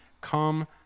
come